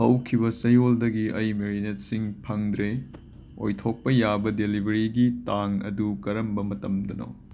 ꯍꯧꯈꯤꯕ ꯆꯌꯣꯜꯗꯒꯤ ꯑꯩ ꯃꯦꯔꯤꯅꯦꯠꯁꯤꯡ ꯐꯪꯗ꯭ꯔꯦ ꯑꯣꯏꯊꯣꯛꯄ ꯌꯥꯕ ꯗꯦꯂꯤꯕꯔꯤꯒꯤ ꯇꯥꯡ ꯑꯗꯨ ꯀꯔꯝꯕ ꯃꯇꯝꯗꯅꯣ